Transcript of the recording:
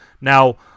Now